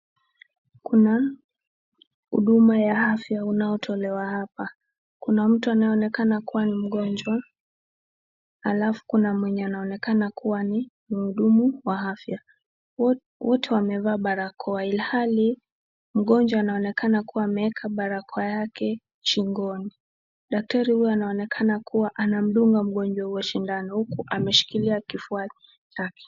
Kuna huduma wa afya unaotolewa hapa. Kuna mtu anayeonekana kuwa ni mgonjwa alafu kuna mwenye anaonekana kuwa ni mhudumu wa afya wote wamevaa barakoa ilhali mgonjwa anaonekana kuwa ameweka barakoa yake shingoni. Daktari huyu anaonekana kuwa anamdunga mgonjwa huyo sindano huku ameshikilia kifua chake.